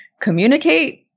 communicate